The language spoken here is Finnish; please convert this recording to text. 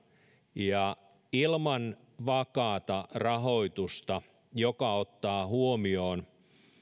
ilman vakaata rahoitusta joka ottaa huomioon